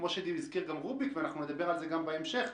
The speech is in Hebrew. כמו שהזכיר רוביק ונדבר על זה גם בהמשך,